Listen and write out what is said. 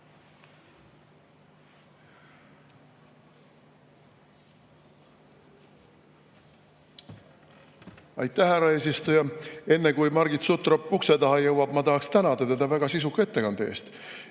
Aitäh, härra eesistuja! Enne kui Margit Sutrop ukse taha jõuab, ma tahaksin tänada teda väga sisuka ettekande eest.